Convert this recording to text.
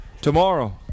Tomorrow